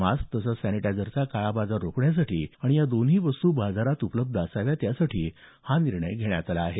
mask तसंच सॅनिटायझरचा काळाबाजार रोखण्यासाठी तसंच या दोन्ही वस्तू बाजारात उपलब्ध असाव्यात यासाठी हा निर्णय घेण्यात आला आहे